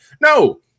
No